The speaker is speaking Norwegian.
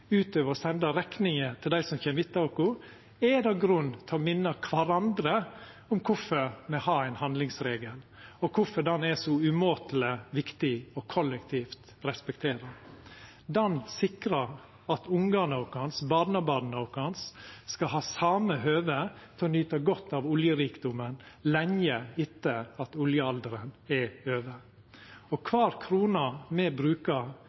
utover å senda rekninga til dei som kjem etter oss, er det grunn til å minna kvarandre om kvifor me har ein handlingsregel, og kvifor han er så umåteleg viktig kollektivt å respektera. Han sikrar at ungane og barnebarna våre skal ha same høve til å nyta godt av oljerikdomen lenge etter at oljealderen er over. Kvar krone me brukar